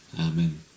Amen